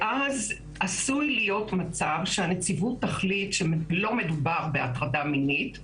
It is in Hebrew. ואז עשוי להיות מצב שהנציבות תחליט שלא מדובר בהטרדה מינית,